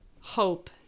hope